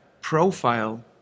profile